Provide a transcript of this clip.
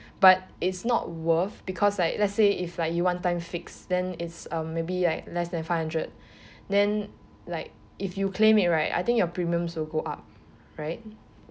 but it's not worth because like let's say if like you one time fix then is um maybe like less than five hundred then like if you claim it right I think your premium also go up right